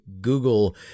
Google